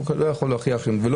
השוטר לא יכול להוכיח,